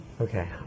okay